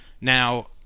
Now